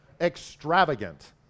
Extravagant